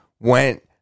went